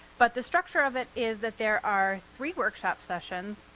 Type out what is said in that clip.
but the structure of it is that there are three workshop sessions.